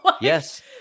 Yes